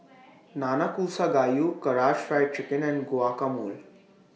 Nanakusa Gayu Karaage Fried Chicken and Guacamole